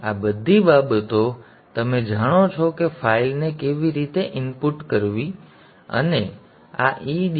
આ બધી બાબતો તમે જાણો છો કે ફાઇલ ને કેવી રીતે ઇનપુટ કરવી અને આ edt01